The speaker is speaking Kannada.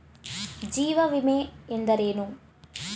ಜೀವ ವಿಮೆ ಎಂದರೇನು?